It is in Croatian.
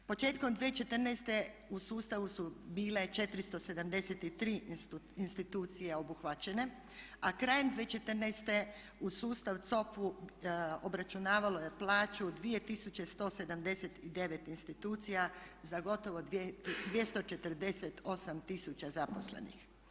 Početkom 2014. u sustavu su bile 473 institucije obuhvaćene, a krajem 2014. u sutavu COP-a obračunavalo je plaću 2179 institucija za gotovo 248 tisuća zaposlenih.